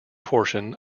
portion